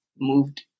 moved